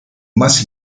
más